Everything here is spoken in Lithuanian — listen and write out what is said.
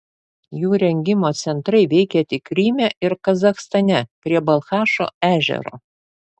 jų rengimo centrai veikė tik kryme ir kazachstane prie balchašo ežero